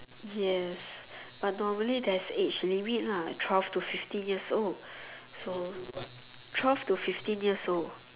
yes but normally there is age limit lah like twelve to fifty years old so twelve to fifteen years old